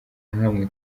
hamwe